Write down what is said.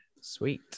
Sweet